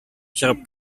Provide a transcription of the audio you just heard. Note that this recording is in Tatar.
чыгып